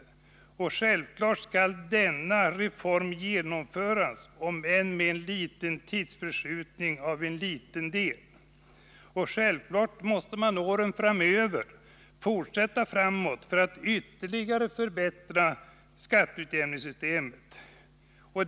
Självklart skall denna reform genomföras, om än med en liten tidsförskjutning av en liten del. Självklart måste man åren framöver fortsätta framåt för att ytterligare förbättra skatteutjämningssystemet.